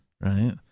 right